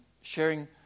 sharing